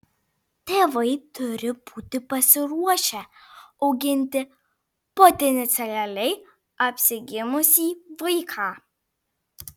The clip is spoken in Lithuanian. tėvai turi būti pasiruošę auginti potencialiai apsigimusį vaiką